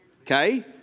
Okay